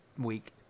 week